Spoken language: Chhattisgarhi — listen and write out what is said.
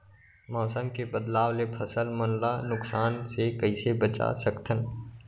मौसम के बदलाव ले फसल मन ला नुकसान से कइसे बचा सकथन?